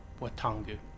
Watangu